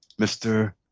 Mr